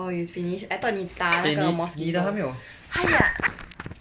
oh you finish I thought 你打哪个 mosquito !haiya!